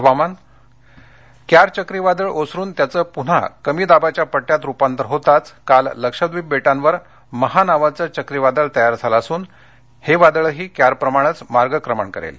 हवामान क्यार चक्रीवादळ ओसरून त्याचं पुन्हा कमी दाबाच्या पट्ट्यात रुपांतर होताच काल लक्षद्वीप बेटांवर महा नावाचं चक्रीवादळ तयार झालं असून हे वादळही क्यार प्रमाणेच मार्गक्रमण करेल